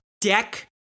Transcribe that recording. Deck